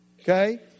Okay